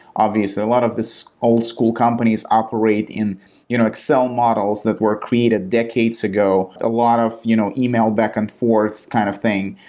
obviously, a lot of the old school companies operate in you know excel models that were created decades ago. a lot of you know email back and forth kind of thing,